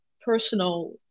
personal